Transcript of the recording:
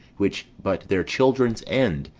which, but their children's end,